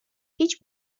هیچ